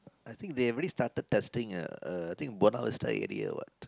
I think they already started testing uh a I think Buona Vista area what